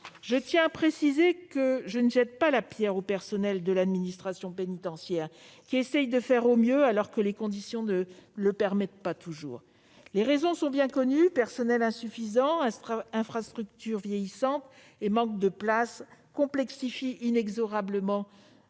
Je tiens à préciser que je ne jette pas la pierre aux personnels de l'administration pénitentiaire, qui essaient de faire au mieux, alors que les conditions ne le permettent pas toujours. Les raisons sont bien connues : personnel en nombre insuffisant, infrastructures vieillissantes et manque de places complexifient inexorablement